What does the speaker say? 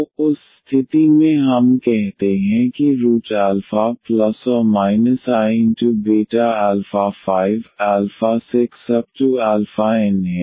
तो उस स्थिति में हम कहते हैं कि रूट α±iβα±iβ56n हैं